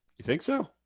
you think so?